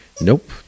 Nope